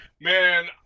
man